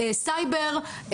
סייבר,